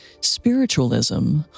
spiritualism